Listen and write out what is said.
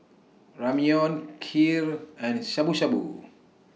Ramyeon Kheer and Shabu Shabu